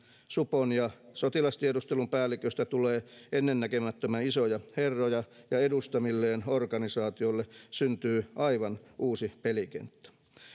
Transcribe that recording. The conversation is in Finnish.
supon ja sotilastiedustelun päälliköistä tulee ennennäkemättömän isoja herroja ja heidän edustamilleen organisaatioille syntyy aivan uusi pelikenttä